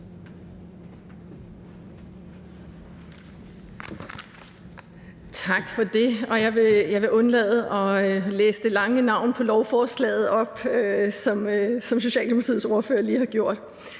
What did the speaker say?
Tak for det. Jeg vil undlade at læse det lange navn på lovforslaget op, som Socialdemokratiets ordfører lige har gjort.